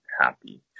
happy